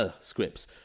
scripts